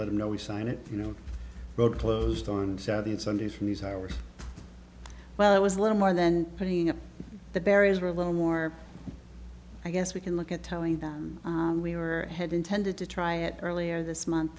let them know we signed it you know but closed on saturday and sunday from these hours well it was little more than putting up the barriers were a little more i guess we can look at telling them we were had intended to try it earlier this month